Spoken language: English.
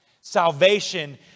Salvation